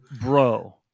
Bro